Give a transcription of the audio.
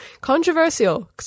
controversial